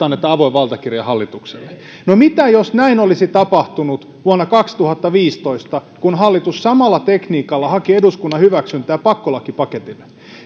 annetaan avoin valtakirja hallitukselle no mitä jos näin olisi tapahtunut vuonna kaksituhattaviisitoista kun hallitus samalla tekniikalla haki eduskunnan hyväksyntää pakkolakipaketille